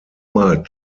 mal